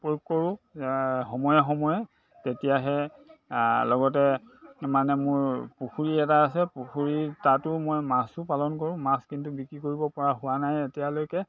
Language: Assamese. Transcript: প্ৰয়োগ কৰোঁ সময়ে সময়ে তেতিয়াহে লগতে মানে মোৰ পুখুৰী এটা আছে পুখুৰী তাতো মই মাছো পালন কৰোঁ মাছ কিন্তু বিক্ৰী কৰিব পৰা হোৱা নাই এতিয়ালৈকে